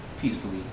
peacefully